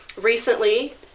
Recently